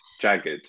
jagged